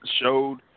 showed